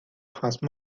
prince